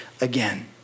again